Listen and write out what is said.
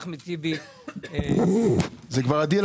כבוד יושב-ראש